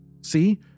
See